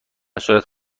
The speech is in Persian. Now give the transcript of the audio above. صورت